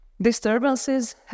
disturbances